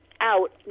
out